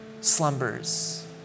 slumbers